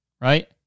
right